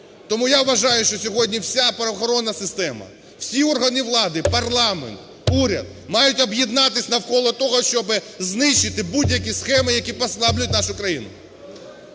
Тому я вважаю, що сьогодні вся правоохоронна система, всі органи влади: парламент, уряд – мають об'єднатися навколо того, щоб знищити будь-які схеми, які послаблюють нашу країну.